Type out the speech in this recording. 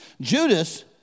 Judas